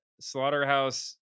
Slaughterhouse